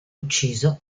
ucciso